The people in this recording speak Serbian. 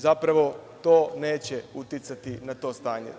Zapravo, to neće uticati na to stanje.